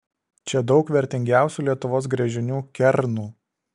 čia daug vertingiausių lietuvos gręžinių kernų